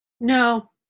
No